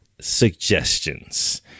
suggestions